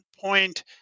point